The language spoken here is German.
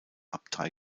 abtei